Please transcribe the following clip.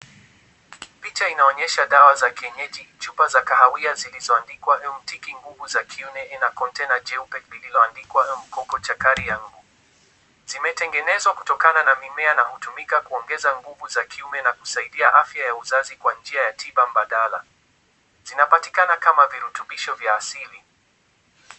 Picha inaonyesha dawa za kienyeji, chupa za kahawia zilizoandikwa Mtiki nguvu za kiume na container jeupe lililoandikwa Mkoko Chakari yangu. Zimetengenezwa kutokana na mimea na hutumika kuongeza nguvu za kiume na kusaidia afya ya uzazi kwa njia ya tiba mbadala. Zinapatikana kama virutubisho vya asili.